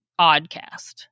Oddcast